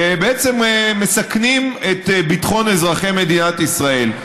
ובעצם מסכנים את ביטחון אזרחי מדינת ישראל.